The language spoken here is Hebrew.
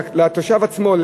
לתושב עצמו,